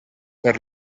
per